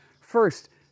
First